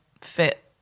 fit